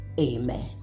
amen